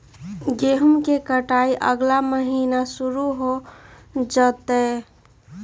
गेहूं के कटाई अगला महीना शुरू हो जयतय